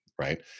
right